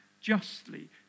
justly